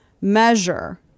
measure